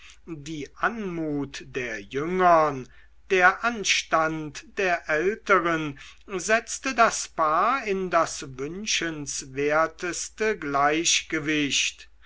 die anmut der jüngern der anstand der älteren setzten das paar in das wünschenswerteste gleichgewicht